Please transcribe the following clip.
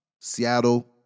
Seattle